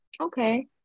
Okay